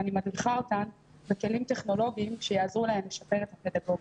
ואני מדריכה אותן בכלים טכנולוגיים שיעזרו להן לשפר את הפדגוגיה.